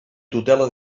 tutela